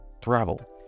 travel